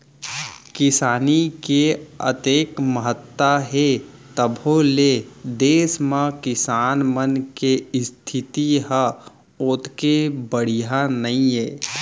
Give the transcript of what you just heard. किसानी के अतेक महत्ता हे तभो ले देस म किसान मन के इस्थिति ह ओतेक बड़िहा नइये